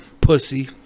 Pussy